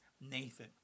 Nathan